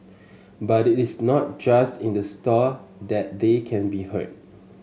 but it is not just in the store that they can be heard